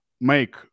make